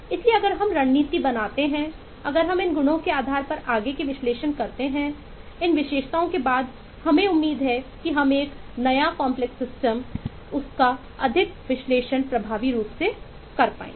इसलिए अगर हम रणनीति बनाते हैं अगर हम इन गुणों के आधार पर आगे के विश्लेषण करते हैं इन विशेषताओं के बाद हमें उम्मीद है कि हम एक नईकॉम्प्लेक्स सिस्टम का अधिक विश्लेषण प्रभावी रूप से कर पाएंगे